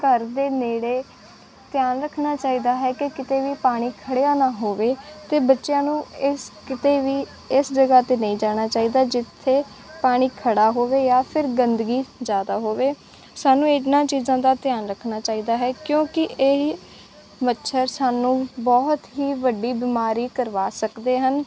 ਘਰ ਦੇ ਨੇੜੇ ਧਿਆਨ ਰੱਖਣਾ ਚਾਹੀਦਾ ਹੈ ਕਿ ਕਿਤੇ ਵੀ ਪਾਣੀ ਖੜਿਆ ਨਾ ਹੋਵੇ ਅਤੇ ਬੱਚਿਆਂ ਨੂੰ ਇਸ ਕਿਤੇ ਵੀ ਇਸ ਜਗ੍ਹਾ 'ਤੇ ਨਹੀਂ ਜਾਣਾ ਚਾਹੀਦਾ ਜਿੱਥੇ ਪਾਣੀ ਖੜਾ ਹੋਵੇ ਜਾਂ ਫਿਰ ਗੰਦਗੀ ਜ਼ਿਆਦਾ ਹੋਵੇ ਸਾਨੂੰ ਇਹਨਾਂ ਚੀਜ਼ਾਂ ਦਾ ਧਿਆਨ ਰੱਖਣਾ ਚਾਹੀਦਾ ਹੈ ਕਿਉਂਕਿ ਇਹ ਮੱਛਰ ਸਾਨੂੰ ਬਹੁਤ ਹੀ ਵੱਡੀ ਬਿਮਾਰੀ ਕਰਵਾ ਸਕਦੇ ਹਨ